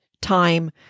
time